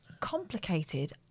complicated